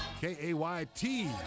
K-A-Y-T